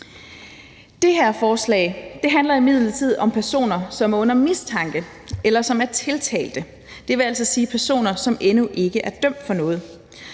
Det her forslag handler imidlertid om personer, som er under mistanke, eller som er tiltalte, det vil altså sige personer, som endnu ikke er dømt for noget.